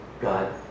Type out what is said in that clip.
God